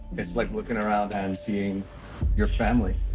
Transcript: it's like looking around and seeing your family.